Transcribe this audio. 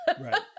Right